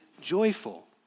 joyful